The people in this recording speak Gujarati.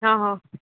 હા હા